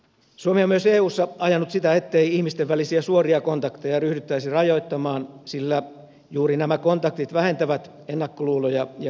suomi on myös eussa ajanut sitä ettei ihmisten välisiä suoria kontakteja ryhdyttäisi rajoittamaan sillä juuri nämä kontaktit vähentävät ennakkoluuloja ja kärjistyksiä